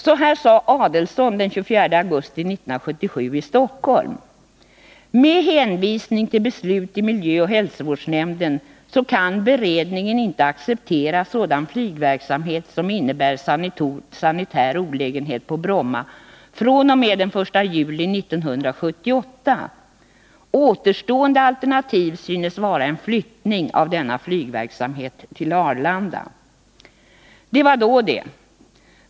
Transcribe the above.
Så här sade Ulf Adelsohn den 24 augusti 1977 såsom finansborgarråd i Stockholm: ”Med hänvisning till beslut i Miljöoch Hälsovårdsnämnden kan beredningen ej acceptera sådan flygverksamhet som innebär sanitär olägenhet på Bromma från och med den 1 juli 1978. Återstående alternativ synes vara en flyttning av denna flygverksamhet till Arlanda.” Det var då det!